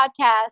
podcast